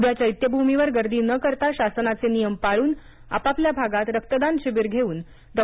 उद्या चैत्यभूमीवर गर्दी न करता शासनाचे नियम पाळून आपापल्या भागात रक्तदान शिबिर घेऊन डॉ